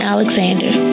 Alexander